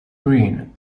green